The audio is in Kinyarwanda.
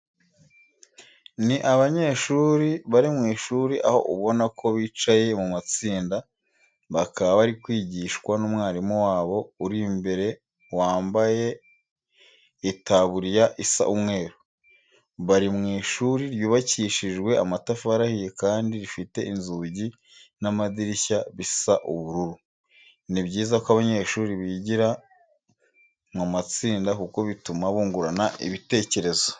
Ni abanyeshuri bari mu ishuri aho ubona ko bicaye mu matsinda bakaba bari kwigishwa n'umwarimu wabo uri imbere wambaye itaburuya isa umweru. Bari mu ishuri ryubakishijwe amatafari ahiye kandi rifite inzugi n'amadirishya bisa ubururu. Ni byiza ko abanyeshuri bigira mu matsinda kuko bituma bungurana ibitekerezo.